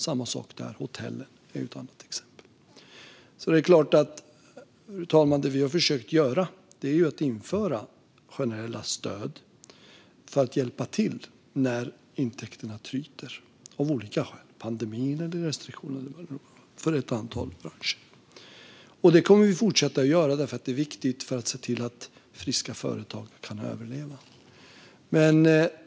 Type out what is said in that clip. Samma sak gäller andra delar av tjänstesektorn, till exempel hotellbranschen. Fru talman! Vi har försökt införa generella stöd för ett antal branscher för att hjälpa till när intäkterna av olika skäl tryter. Det kan vara på grund av pandemin eller restriktioner. Det kommer vi att fortsätta göra eftersom det är viktigt att se till att friska företag kan överleva.